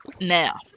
Now